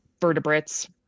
vertebrates